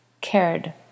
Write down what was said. cared